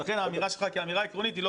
לכן האמירה שלך כאמירה עקרונית היא לא